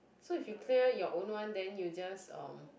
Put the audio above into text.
so if you clear your own one then you just um